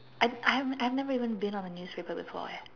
I I I've never even been on the newspaper before eh